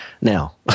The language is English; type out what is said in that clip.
Now